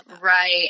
Right